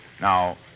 Now